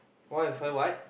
what If I what